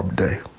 day.